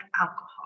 alcohol